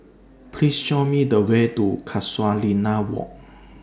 Please Show Me The Way to Casuarina Walk